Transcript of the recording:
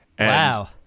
Wow